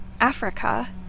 Africa